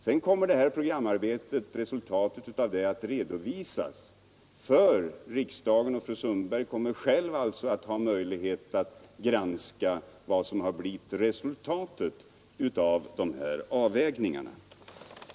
Sedan kommer resultatet av detta programarbete att redovisas för riksdagen, och fru Sundberg kommer själv att få möjlighet att granska vad som blivit resultatet av dessa avvägningar.